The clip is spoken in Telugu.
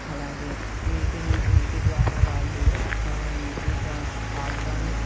అలాగే వీటిని వీటి ద్వారా వాళ్లు ఈజీగా ఆర్గానిక్